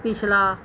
ਪਿਛਲਾ